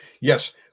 Yes